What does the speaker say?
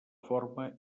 forma